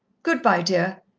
good-bye, dear.